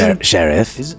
Sheriff